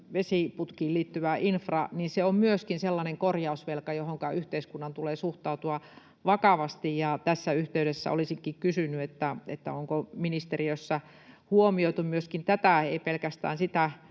vesiputkiin liittyvä infra on myöskin sellainen korjausvelka, johonka yhteiskunnan tulee suhtautua vakavasti. Tässä yhteydessä olisinkin kysynyt, onko ministeriössä huomioitu myöskin tätä: ei pelkästään sitä